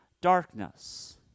darkness